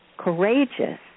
courageous